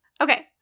Okay